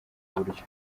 buryo